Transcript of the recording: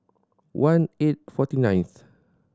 one eight forty nineth